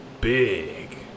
big